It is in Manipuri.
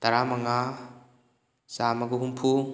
ꯇꯔꯥ ꯃꯉꯥ ꯆꯥꯝꯃꯒ ꯍꯨꯝꯐꯨ